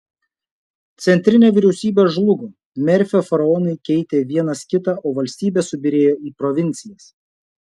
centrinė vyriausybė žlugo merfio faraonai keitė vienas kitą o valstybė subyrėjo į provincijas